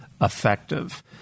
effective